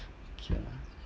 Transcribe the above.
ya la